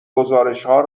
گزارشهای